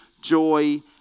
joy